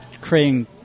creating